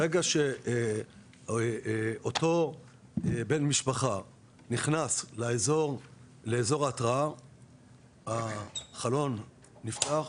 ברגע שאותו בן משפחה נכנס לאזור ההתראה החלון נפתח,